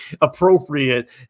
appropriate